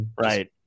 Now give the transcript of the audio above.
Right